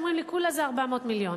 אומרים לי: כולה זה 400 מיליון.